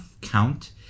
count